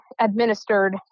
administered